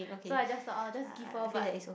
so I just thought I'll just give lor but